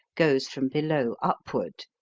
goes from below upward.